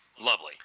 lovely